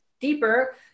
deeper